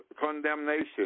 condemnation